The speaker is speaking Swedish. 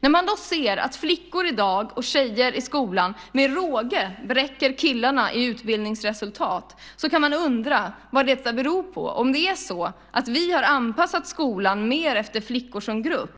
När man ser att tjejerna i skolan i dag med råge bräcker killarna i utbildningsresultat kan man undra vad detta beror på och om vi har anpassat skolan mer efter flickor som grupp.